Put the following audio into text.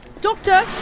doctor